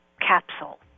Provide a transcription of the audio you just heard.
capsule